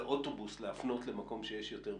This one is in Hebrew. ואת האוטובוס להפנות למקום שיש יותר ביקוש,